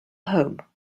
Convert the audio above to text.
home